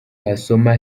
wasoma